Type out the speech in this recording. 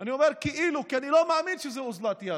אני אומר "כאילו" כי אני לא מאמין שזה אוזלת יד,